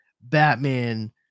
Batman